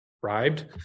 bribed